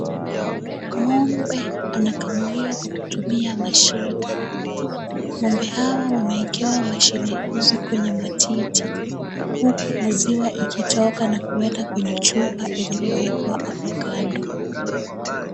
Ng'ombe anakamuliwa kwa kutumia mashine. Ng'ombe hawa wamewekewa mashini nyeusi kwenye matiti huku maziwa ikitoka na kuenda kwenye chupa iliyowekwa hapo kando.